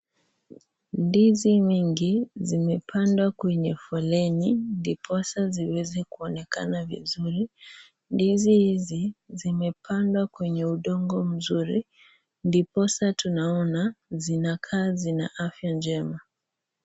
Ndizi nyingi zimepandwa kwenye foleni. Ndiposa ziweze kuonekana vizuri. Ndizi hizi zimepandwa kwenye udongo mzuri ndiposa tunaona zinakaa zina afya njema.